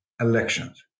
elections